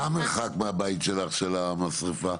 מה המרחק מהבית שלך למשרפה?